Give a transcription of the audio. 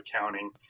accounting